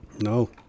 No